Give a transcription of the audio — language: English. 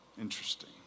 Interesting